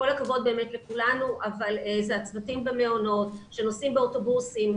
כל הכבוד לכולנו אבל אלה הצוותים במעונות שנוסעים באוטובוסים,